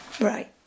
Right